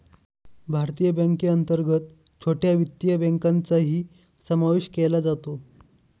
भारतीय बँकेअंतर्गत छोट्या वित्तीय बँकांचाही समावेश केला जातो